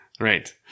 right